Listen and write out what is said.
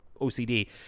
OCD